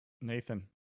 Nathan